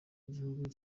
rw’igihugu